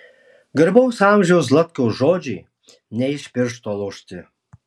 garbaus amžiaus zlatkaus žodžiai ne iš piršto laužti